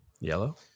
Yellow